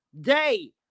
day